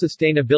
Sustainability